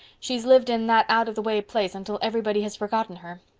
she's lived in that out of the way place until everybody has forgotten her.